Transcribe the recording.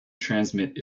transmit